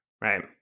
right